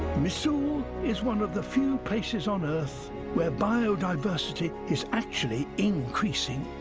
misool is one of the few places on earth where biodiversity is actually increasing.